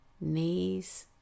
knees